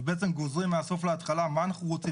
ומזה גוזרים מהסוף להתחלה מה אנחנו רוצים?